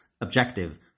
Objective